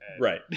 Right